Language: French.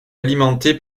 alimenté